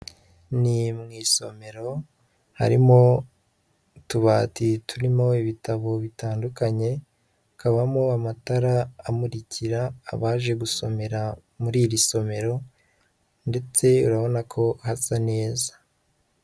Ni mu isomero, harimo utubati turimo ibitabo bitandukanye, hakabamo amatara amurikira abaje gusomera muri iri somero, ndetse urabona ko hasa neza.